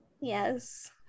Yes